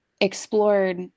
explored